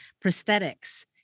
prosthetics